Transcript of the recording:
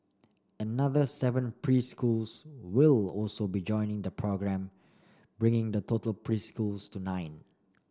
another seven preschools will also be joining the programme bringing the total preschools to nine